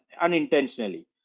unintentionally